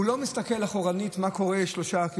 הוא לא מסתכל אחורנית מה קורה 3,